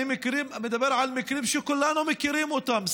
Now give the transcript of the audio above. אני מדבר על מקרים שכולנו מכירים אותם,